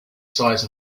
size